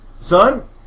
Son